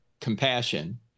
compassion